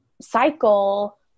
cycle